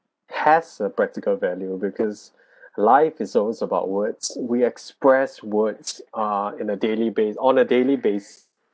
has a practical value because life is always about words we express words uh in the daily basis on the daily basis